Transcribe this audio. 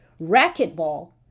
Racquetball